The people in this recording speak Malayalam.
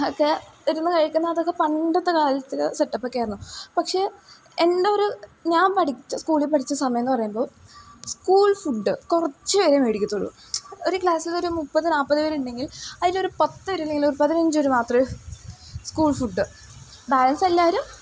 ഒക്കെ ഇരുന്നു കഴിക്കുന്ന അതൊക്കെ പണ്ടത്തെ കാലത്തിൽ സെറ്റപ്പൊക്കെ ആയിരുന്നു പക്ഷേ എൻ്റെയൊരു ഞാൻ പഠിച്ച സ്കൂളിൽ പഠിച്ച സമയം എന്നു പറയുമ്പോൾ സ്കൂൾ ഫുഡ് കുറച്ചുപേരെ മേടിക്കത്തുള്ളൂ ഒരു ക്ലാസ്സിൽ ഒരു മുപ്പത് നാല്പത് പേരുണ്ടെങ്കിൽ അതിലൊരു പത്തുപേർ അല്ലെങ്കിൽ ഒരു പതിനഞ്ചുപേർ മാത്രമേ സ്കൂൾ ഫുഡ് ബാലൻസ് എല്ലാവരും